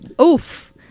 Oof